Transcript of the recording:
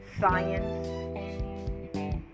science